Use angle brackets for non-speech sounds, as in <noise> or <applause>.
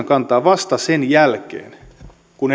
<unintelligible> kantaa vasta sen jälkeen kun <unintelligible>